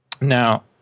Now